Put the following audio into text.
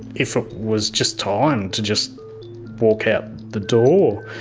if it was just time to just walk out the door.